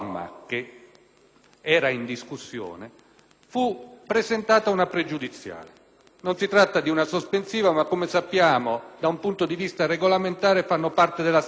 era in discussione, fu presentata una pregiudiziale. Non si tratta di una sospensiva ma, come sappiamo, da un punto di vista regolamentare fanno parte della stessa famiglia.